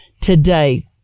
today